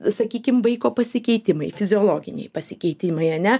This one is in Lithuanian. sakykim vaiko pasikeitimai fiziologiniai pasikeitimai ane